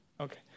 Okay